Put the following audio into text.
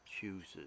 chooses